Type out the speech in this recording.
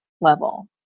level